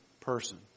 person